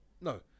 no